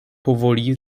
powoli